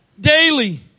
Daily